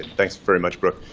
thanks very much, brook.